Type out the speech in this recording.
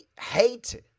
hate